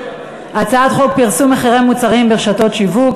הצעת חוק פרסום מחירי מוצרים ברשתות שיווק,